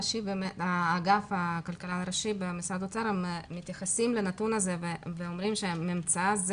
אגף הכלכלן הראשי במשרד האוצר מתייחס לנתון הזה ואומר שהממצא הזה